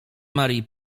marii